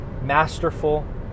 masterful